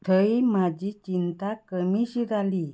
थंय म्हाजी चिंता कमीशी जाली